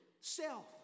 self